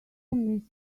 miss